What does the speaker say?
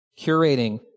curating